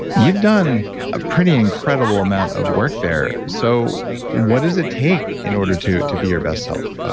you've done a pretty incredible amount of work there. so what does it take in order to to be your best self?